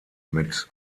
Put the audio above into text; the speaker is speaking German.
mit